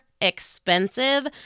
expensive